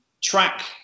track